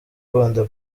rwanda